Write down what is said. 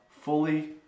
fully